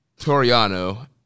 Toriano